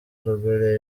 longoria